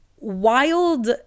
wild